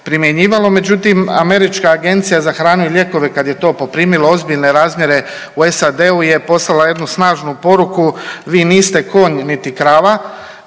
primjenjivalo. Međutim, Američka agencija za hranu i lijekove kada je to poprimilo ozbiljne razmjere u SAD-u je poslala jednu snažnu poruku – vi niste konj niti krava